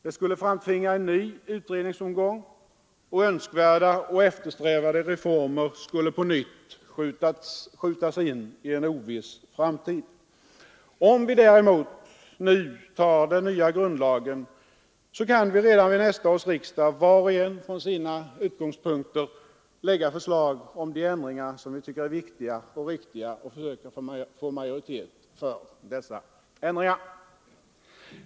Det skulle framtvinga en ny utredningsomgång, och önskvärda och eftersträvade reformer skulle på nytt skjutas in i en oviss framtid. Om vi däremot nu tar den nya grundlagen, så kan vi redan vid nästa års riksdag, var och en från sina utgångspunkter, lägga fram förslag om de ändringar som vi tycker är viktiga och riktiga och försöka få majoritet för dessa ändringar.